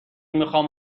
میخام